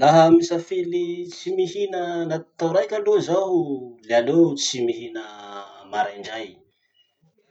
Laha misafily tsy hihina anaty tao raiky aloha zaho le aleo tsy mihina maraindray.